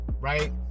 right